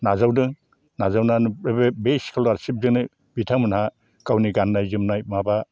नाजावदों नाजावनानै बे बे स्कलारसिपजोंनो बिथांमोनहा गावनि गाननाय जोमनाय माबा